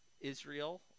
Israel